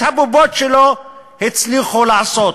הצליחו לעשות.